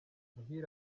muhire